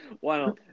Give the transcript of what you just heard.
Wow